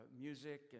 music